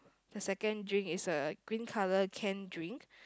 the second drink is a green color can drink